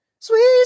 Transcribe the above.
sweet